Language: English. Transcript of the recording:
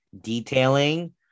detailing